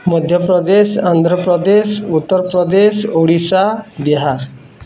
Madhya Pradesh Andhra Pradesh Uttar Pradesh Odisha Bihar